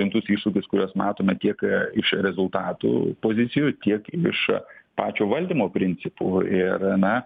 rimtus iššūkius kuriuos matome tiek iš rezultatų pozicijų tiek iš pačio valdymo principų ir na